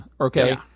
okay